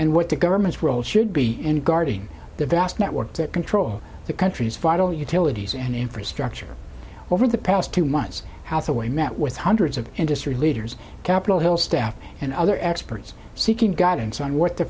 and what the government's role should be any guarding the vast network that control the country's vital utilities and infrastructure over the past two months house away met with hundreds of industry leaders capitol hill staff and other experts seeking guidance on what the